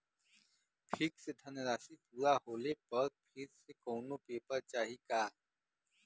Fix धनराशी पूरा होले पर फिर से कौनो पेपर चाही का?